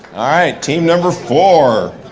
team number four.